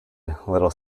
little